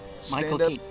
stand-up